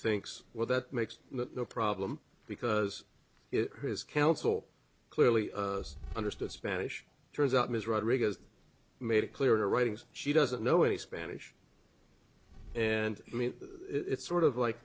thinks well that makes the problem because his counsel clearly understood spanish turns out ms rodriguez made it clear to writings she doesn't know any spanish and i mean it's sort of like